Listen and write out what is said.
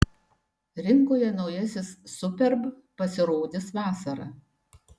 rinkoje naujasis superb pasirodys vasarą